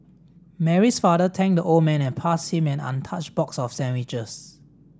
Mary's father thanked the old man and passed him an untouched box of sandwiches